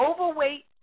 overweight